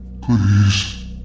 Please